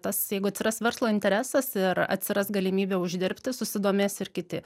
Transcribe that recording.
tas jeigu atsiras verslo interesas ir atsiras galimybė uždirbti susidomės ir kiti